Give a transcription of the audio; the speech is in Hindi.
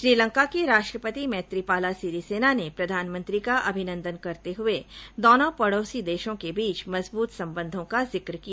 श्रीलंका के राष्ट्रपति मैत्रीपाला सिरीसेनो ने प्रधानमंत्री का अभिनंदन करते हुए दोनों पड़ोसी देशों के बीच मजबूत संबंधों का जिक्र किया